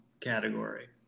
category